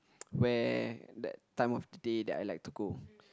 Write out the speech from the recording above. where that time of the day that I like to go